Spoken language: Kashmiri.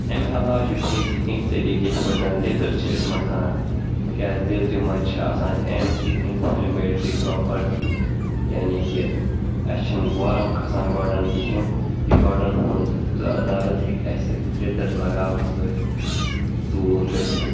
امہِ علاوٕ چھِ بیٚیہِ تہِ کینٛہہ طٔریٖقہٕ یِتھ پٲٹھۍ زَن لیٚدٕر چھِ أسۍ مَتھان تِکیٛازِ لیٚدرِ منٛز چھِ آسان اٮ۪نٹِ اِنفِلمیٹرٛی پرٛاپرٹی یعنے کہِ اَسہِ چھِنہٕ وۄرم کھَسان گۄڈَن کِہیٖنۍ یہِ گۄڈَن ہُنٛد دَرد ہیٚکہِ اَسہِ لیٚدٕر لَگاونہٕ سۭتۍ تہِ دوٗر گٔژھِتھ